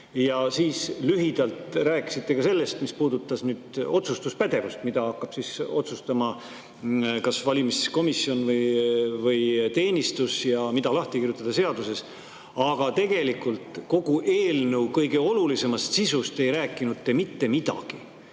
arutati. Lühidalt rääkisite ka sellest, mis puudutas otsustuspädevust: mida hakkab otsustama kas valimiskomisjon või ‑teenistus ja mis tuleks lahti kirjutada seaduses. Aga kogu eelnõu kõige olulisemast sisust ei rääkinud te mitte midagi.